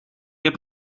heb